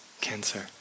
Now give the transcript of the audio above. cancer